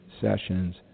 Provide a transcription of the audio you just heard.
sessions